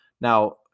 Now